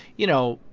you know,